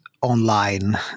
online